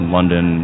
London